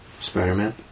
Spider-Man